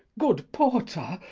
good porter,